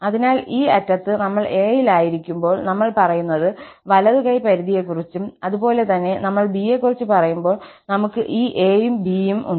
അതിനാൽ ഈ അറ്റത്ത് നമ്മൾ a യിൽ ആയിരിക്കുമ്പോൾ നമ്മൾ പറയുന്നത് വലതു കൈ പരിധിയെക്കുറിച്ചും അതുപോലെ തന്നെ നമ്മൾ b യെ കുറിച്ച് പറയുമ്പോൾ വീണ്ടും നമുക്ക് ഈ a യും b യും ഉണ്ട്